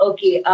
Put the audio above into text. Okay